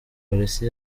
polisi